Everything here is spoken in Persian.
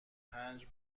پنج